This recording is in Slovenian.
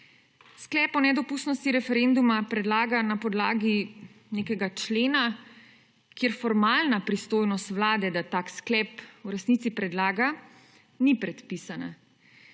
Sklep o nedopustnosti referenduma predlaga na podlagi nekega člena, kjer formalna pristojnost vlade, da tak sklep v resnici predlaga, ni predpisana.